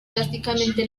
drásticamente